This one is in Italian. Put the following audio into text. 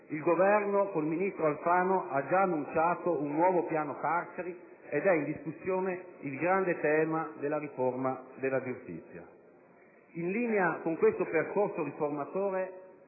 il Governo, con il ministro Alfano, ha già annunciato un nuovo piano carceri ed è in discussione il grande tema della riforma della giustizia. In linea con questo percorso riformatore